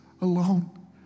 alone